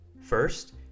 First